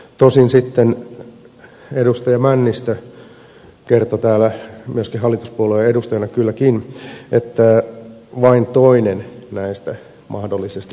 tosin sitten edustaja männistö kertoi täällä myöskin hallituspuolueen edustajana kylläkin että vain toinen näistä mahdollisesti otettaisiin käyttöön